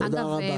תודה רבה.